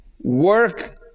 work